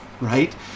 right